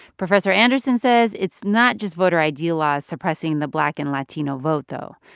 professor anderson says it's not just voter id laws suppressing the black and latino vote, though.